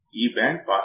ఈ సందర్భంలో Vin